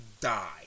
die